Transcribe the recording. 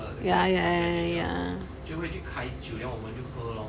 ya ya ya ya